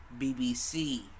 bbc